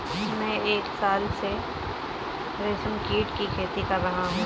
मैं एक साल से रेशमकीट की खेती कर रहा हूँ